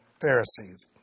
Pharisees